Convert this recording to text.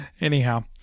Anyhow